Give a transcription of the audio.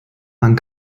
man